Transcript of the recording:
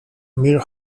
mir